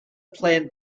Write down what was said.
plant